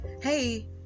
hey